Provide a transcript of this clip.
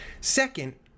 Second